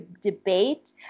debate